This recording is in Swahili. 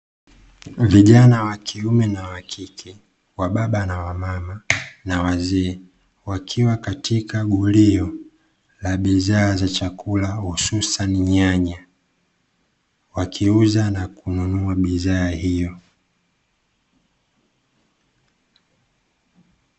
Vijana wa kiume na wa kike, wa baba na wa mama, na wazee; wakiwa katika gulio la bidhaa za chakula hususani nyanya; wakiuza na kununua bidhaa hiyo.